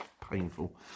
Painful